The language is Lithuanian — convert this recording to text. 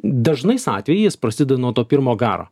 dažnais atvejais prasideda nuo to pirmo garo